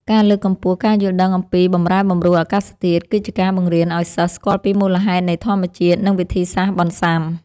ការលើកកម្ពស់ការយល់ដឹងអំពីបម្រែបម្រួលអាកាសធាតុ គឺជាការបង្រៀនឱ្យសិស្សស្គាល់ពីមូលហេតុនៃធម្មជាតិ និង វិធីសាស្ត្របន្សុាំ។